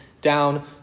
down